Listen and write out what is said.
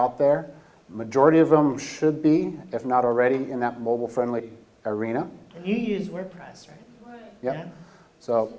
out there majority of them should be if not already in that mobile friendly arena where price yeah so